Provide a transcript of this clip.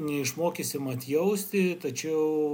neišmokysim atjausti tačiau